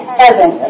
heaven